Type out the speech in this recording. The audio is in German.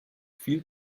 viel